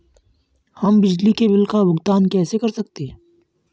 हम बिजली के बिल का भुगतान कैसे कर सकते हैं?